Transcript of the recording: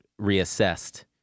reassessed